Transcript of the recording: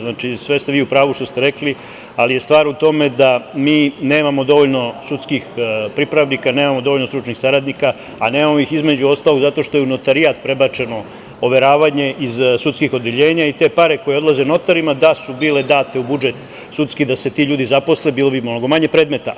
Znači, sve ste vi u pravu što ste rekli, ali je stvar u tome da mi nemamo dovoljno sudskih pripravnika, nemamo dovoljno stručnih saradnika, a nemamo ih između ostalog zato što je u notarijat prebačeno overavanje iz sudskih odeljenja i te pare koje odlaze notarima, da su bile date u budžet sudski, da se ti ljudi zaposle, bilo bi mnogo manje predmeta.